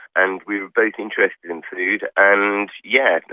and we were both interested in food. and yes,